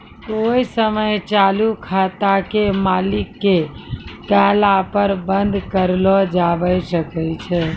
कोइ समय चालू खाते के मालिक के कहला पर बन्द कर लो जावै सकै छै